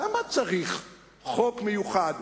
למה צריך חוק מיוחד,